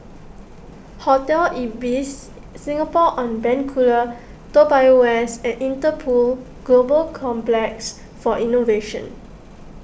Hotel Ibis Singapore on Bencoolen Toa Payoh West and Interpol Global Complex for Innovation